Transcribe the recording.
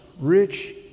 rich